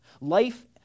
Life